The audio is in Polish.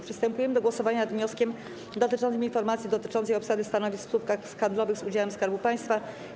Przystępujemy do głosowania nad wnioskiem dotyczącym informacji dotyczącej obsady stanowisk w spółkach handlowych z udziałem Skarbu Państwa.